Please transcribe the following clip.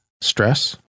stress